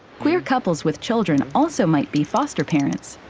queer couples with children also might be foster parents.